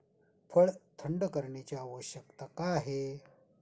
फळ थंड करण्याची आवश्यकता का आहे?